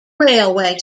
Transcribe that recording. railway